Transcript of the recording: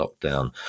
lockdown